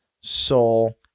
soul